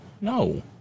no